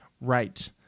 Right